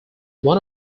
one